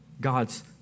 God's